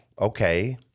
okay